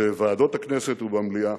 בוועדות הכנסת ובמליאה.